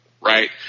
right